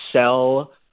sell